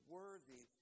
worthy